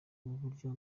uburyo